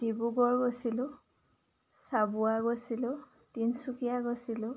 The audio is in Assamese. ডিব্ৰুগড় গৈছিলোঁ চাবুৱা গৈছিলোঁ তিনিচুকীয়া গৈছিলোঁ